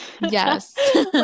yes